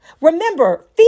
Remember